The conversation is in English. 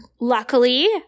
Luckily